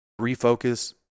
refocus